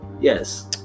Yes